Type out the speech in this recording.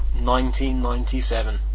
1997